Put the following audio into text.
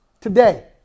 Today